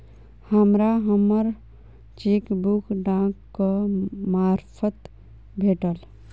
हमरा हम्मर चेकबुक डाकक मार्फत भेटल